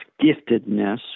giftedness